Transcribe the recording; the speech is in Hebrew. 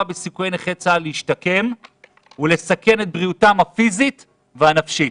בסיכויי נכי צה"ל להשתקם ולסכן את בריאותם הפיזית והנפשית".